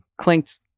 clinked